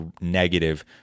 negative